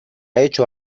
hecho